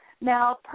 Now